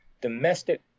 domestic